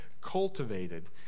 cultivated